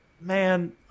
man